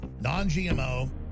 Non-GMO